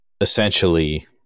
essentially